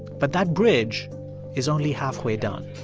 but that bridge is only halfway done